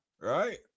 right